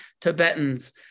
Tibetans